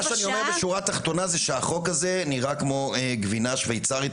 מה שאני אומר בשורה התחתונה זה שהחוק הזה נראה כמו גבינה שוויצרית,